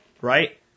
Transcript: right